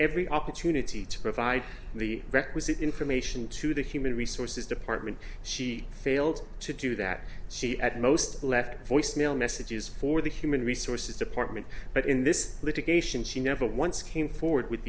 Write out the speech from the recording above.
every opportunity to provide the requisite information to the human resources department she failed to do that she at most left voicemail messages for the human resources department but in this litigation she never once came forward with